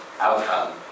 outcome